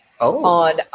On